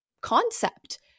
concept